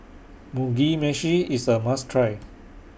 Mugi Meshi IS A must Try